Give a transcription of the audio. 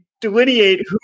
delineate